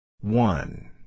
One